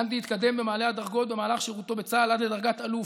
גנדי התקדם במעלה הדרגות במהלך שירותו בצה"ל עד לדרגת אלוף.